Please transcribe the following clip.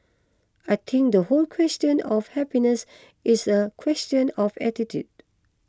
I think the whole question of happiness is a question of attitude